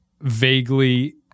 vaguely